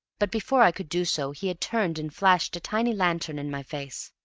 but before i could do so he had turned and flashed a tiny lantern in my face.